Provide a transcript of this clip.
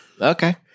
okay